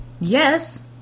Yes